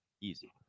easy